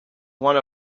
one